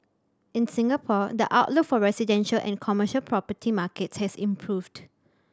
in Singapore the outlook for the residential and commercial property markets has improved